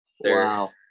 Wow